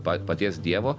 pa paties dievo